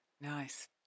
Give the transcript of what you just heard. Nice